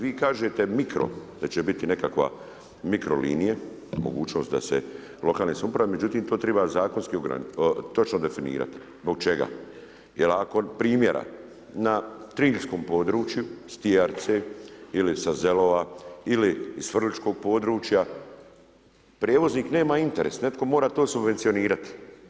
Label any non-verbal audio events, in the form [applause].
Vi kažete mikro da će biti nekakva mikro linije, mogućnost da se lokalne samouprave, međutim to treba zakonski točno definirat, zbog čega, jer primjera na Triljskom području, ili sa Zelova ili iz … [unintelligible] područja, prijevoznik nema interes, netko mora to subvencionirati.